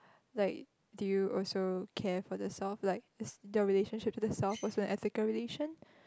like do you also care for the self like it's the relationship to the self was an ethical relation